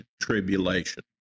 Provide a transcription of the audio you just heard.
tribulation